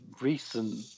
recent